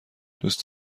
دوست